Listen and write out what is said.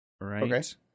right